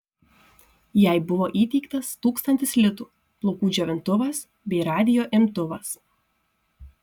jai buvo įteiktas tūkstantis litų plaukų džiovintuvas bei radijo imtuvas